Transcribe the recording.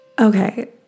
Okay